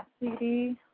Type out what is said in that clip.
CD